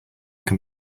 can